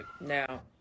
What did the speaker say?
Now